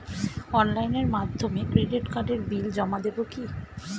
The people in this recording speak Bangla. অনলাইনের মাধ্যমে ক্রেডিট কার্ডের বিল জমা দেবো কি?